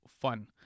fun